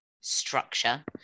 structure